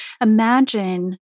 imagine